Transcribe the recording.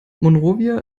monrovia